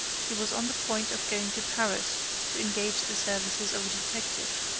he was on the point of going to paris to engage the services of a detective.